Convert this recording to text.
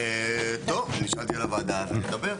טוב, נשאלתי על הוועדה, אז נדבר.